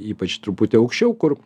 ypač truputį aukščiau kur